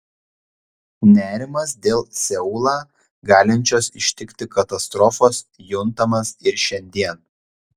nerimas dėl seulą galinčios ištikti katastrofos juntamas ir šiandien